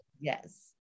Yes